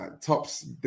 Tops